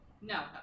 No